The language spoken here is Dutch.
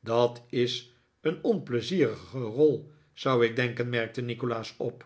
dat is een onpleizierige rol zou ik denken merkte nikolaas op